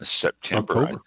September